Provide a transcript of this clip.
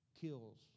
kills